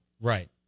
Right